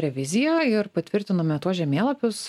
revizijoj ir patvirtinome tuos žemėlapius